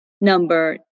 number